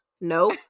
nope